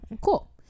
Cool